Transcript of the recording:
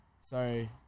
Sorry